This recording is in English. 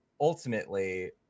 ultimately